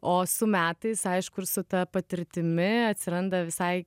o su metais aišku ir su ta patirtimi atsiranda visai